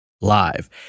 live